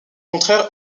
contraire